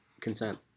consent